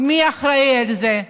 מי אחראי לזה?